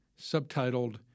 subtitled